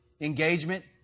engagement